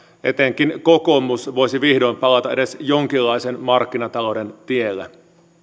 etenkin kokoomus voisi vihdoin palata edes jonkinlaisen markkinatalouden tielle